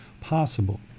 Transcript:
possible